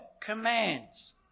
commands